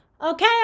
Okay